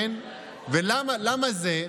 כן, ולמה זה?